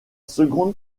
seconde